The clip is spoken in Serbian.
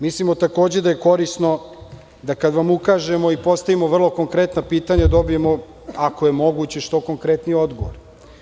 Mislimo takođe da je korisno da, kada vam ukažemo i postavimo vrlo konkretna pitanja, dobijemo, ako je moguće, što konkretnije odgovore.